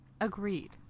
Agreed